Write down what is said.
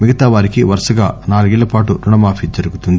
మిగతావారికి వరుసగా నాలుగేళ్ళ పాటు రుణ మాఫీ జరుగుతుంది